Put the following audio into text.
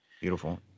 beautiful